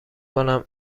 کنم